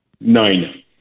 Nine